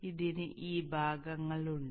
ഇതിന് ഈ ഭാഗങ്ങളുണ്ട്